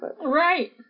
Right